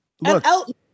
look